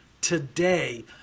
today